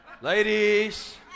Ladies